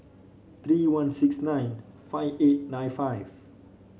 three one six nine five eight nine five